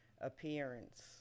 appearance